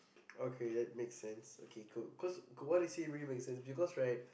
okay that make sense okay cool cause what is he really make sense because right